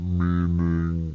meaning